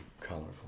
colorful